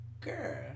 girl